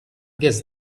guess